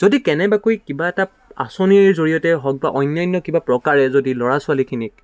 যদি কেনেবাকৈ কিবা এটা আঁচনিৰ জৰিয়তে হওক বা অন্যান্য কিবা প্ৰকাৰে যদি ল'ৰা ছোৱালীখিনিক